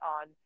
on